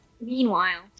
meanwhile